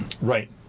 Right